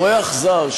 אורח זר,